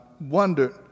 wondered